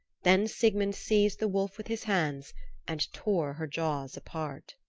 then sigmund seized the wolf with his hands and tore her jaws apart.